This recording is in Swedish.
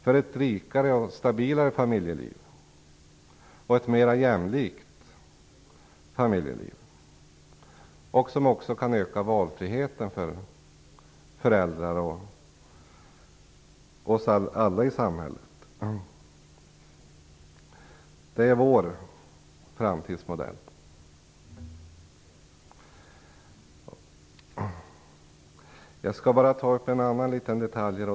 Den skulle bidra till ett rikare, stabilare och mer jämlikt familjeliv. Den kan också öka valfriheten för föräldrar och för oss alla i samhället. Det är vår framtidsmodell. Jag vill ta upp en annan detalj.